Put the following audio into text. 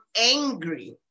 angry